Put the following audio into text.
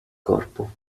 corpo